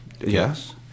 Yes